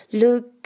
,look